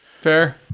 Fair